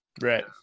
right